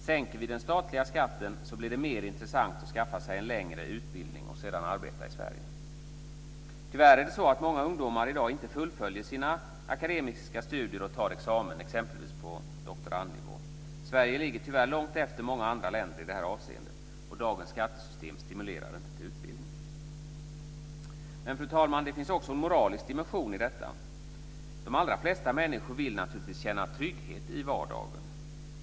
Sänker vi den statliga skatten blir det mer intressant att skaffa sig en längre utbildning och sedan arbeta i Sverige. Tyvärr är det många ungdomar som i dag inte fullföljer sina akademiska studier och tar examen på exempelvis doktorandnivå. Sverige ligger långt efter många andra länder i detta avseende. Dagens skattesystem stimulerar inte till utbildning. Fru talman! Det finns också en moralisk dimension i detta. De allra flesta människor vill naturligtvis känna trygghet i vardagen.